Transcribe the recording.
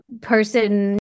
person